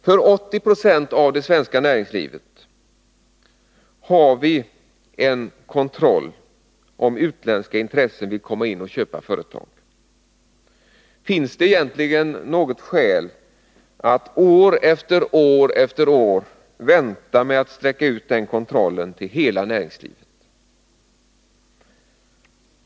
För 80 90 av det svenska näringslivet har vi en kontroll, om utländska intressen vill komma in och köpa företag. Finns det egentligen något skäl att år efter år vänta med att sträcka ut den kontrollen till hela näringslivet?